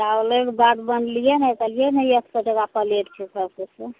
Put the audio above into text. चावलेके भात बोललियै ने कहलियै ने एक सओ टाका प्लेट छै सबकिछु